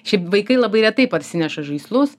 šiaip vaikai labai retai parsineša žaislus